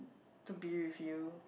to be with you